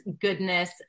goodness